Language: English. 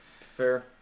fair